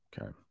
okay